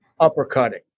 uppercutting